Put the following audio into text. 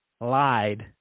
Lied